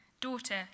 daughter